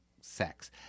sex